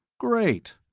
great.